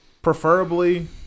Preferably